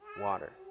water